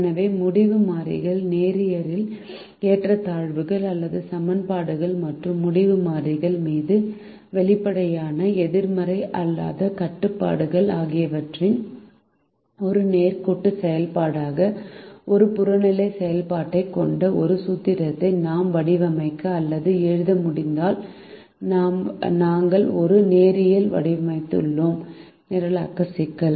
எனவே முடிவு மாறிகள் நேரியல் ஏற்றத்தாழ்வுகள் அல்லது சமன்பாடுகள் மற்றும் முடிவு மாறிகள் மீது வெளிப்படையான எதிர்மறை அல்லாத கட்டுப்பாடுகள் ஆகியவற்றின் ஒரு நேர்கோட்டு செயல்பாடான ஒரு புறநிலை செயல்பாட்டைக் கொண்ட ஒரு சூத்திரத்தை நாம் வடிவமைக்க அல்லது எழுத முடிந்தால் நாங்கள் ஒரு நேரியல் வடிவமைத்துள்ளோம் நிரலாக்க சிக்கல்